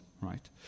right